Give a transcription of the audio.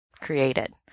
created